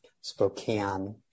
Spokane